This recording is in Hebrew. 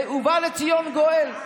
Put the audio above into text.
ובא לציון גואל.